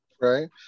right